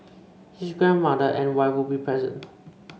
his grandmother and wife would be present